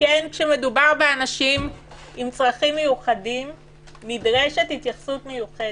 כן כשמדובר באנשים עם צרכים מיוחדים נדרשת התייחסות מיוחדת,